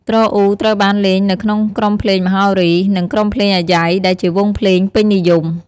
ទ្រអ៊ូត្រូវបានលេងនៅក្នុងក្រុមភ្លេងមហោរី និងក្រុមភ្លេងអាយ៉ៃ ដែលជាវង់ភ្លេងពេញនិយម។